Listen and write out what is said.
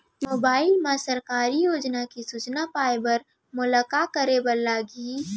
mobile मा सरकारी योजना के सूचना पाए बर मोला का करे बर लागही